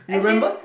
as in